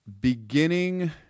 beginning